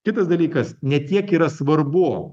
kitas dalykas ne tiek yra svarbu